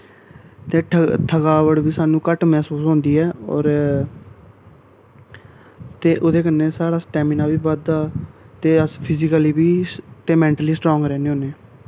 ते थक थकावट बी सानू घट्ट मह्सूस होंदी ऐ होर ते ओह्दे कन्नै साढ़ा स्टैमना बी बधदा ते अस फिजिकली बी ते मैंटली स्ट्रांग रैह्न्ने होन्ने